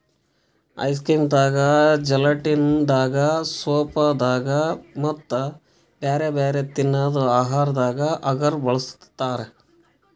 ice cream ದಾಗಾ gelatin ದಾಗಾ soup ದಾಗಾ ಮತ್ತ್ ಬ್ಯಾರೆ ಬ್ಯಾರೆ ತಿನ್ನದ್ ಆಹಾರದಾಗ ಅಗರ್ ಬಳಸ್ತಾರಾ